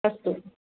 अस्तु